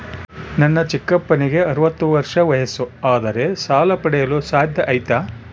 ನನ್ನ ಚಿಕ್ಕಪ್ಪನಿಗೆ ಅರವತ್ತು ವರ್ಷ ವಯಸ್ಸು ಆದರೆ ಸಾಲ ಪಡೆಯಲು ಸಾಧ್ಯ ಐತಾ?